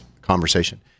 conversation